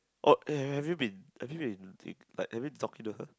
oh eh have you been have you been like have been talking to her